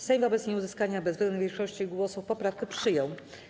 Sejm wobec nieuzyskania bezwzględnej większości głosów poprawkę przyjął.